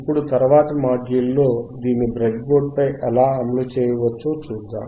ఇప్పుడు తరువాతి మాడ్యూల్ లో దీన్ని బ్రెడ్ బోర్డు పై ఎలా అమలు చేయవచ్చో చూద్దాం